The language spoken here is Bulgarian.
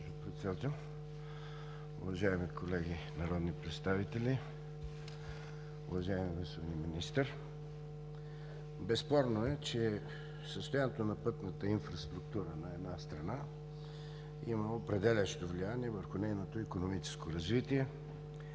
Безспорно е, че състоянието на пътната инфраструктура на една страна има определящо влияние върху нейното икономическо развитие,